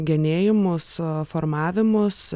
genėjimus formavimus